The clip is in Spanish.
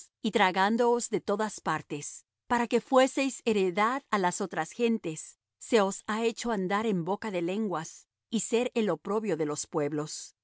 y tragándoos de todas partes para que fueseis heredad á las otras gentes se os ha hecho andar en boca de lenguas y ser el oprobio de los pueblos